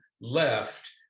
left